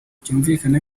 byumvikane